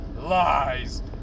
lies